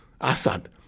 Assad